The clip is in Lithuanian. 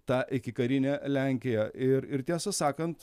tą ikikarinę lenkiją ir ir tiesą sakant